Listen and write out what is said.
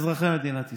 אזרחי מדינת ישראל,